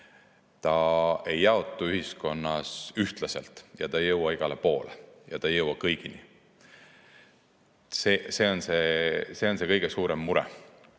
ta ei jaotu ühiskonnas ühtlaselt, ta ei jõua igale poole ja ta ei jõua kõigini. See on see kõige suurem mure.